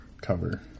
cover